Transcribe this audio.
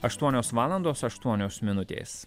aštuonios valandos aštuonios minutės